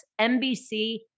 NBC